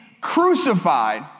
crucified